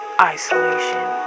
isolation